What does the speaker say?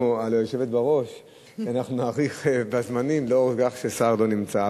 על היושבת בראש ונאריך בזמנים בשל כך שהשר לא נמצא.